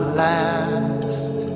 last